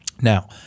now